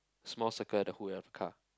small circle at the hood of the car